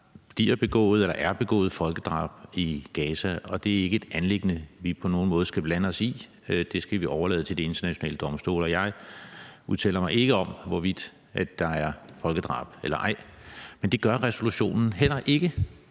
eller er begået folkedrab i Gaza. Og det er ikke et anliggende, vi på nogen måde skal blande os i. Det skal vi overlade til Den Internationale Domstol. Og jeg udtaler mig ikke om, hvorvidt der er folkedrab eller ej. Men det gør resolutionen heller ikke,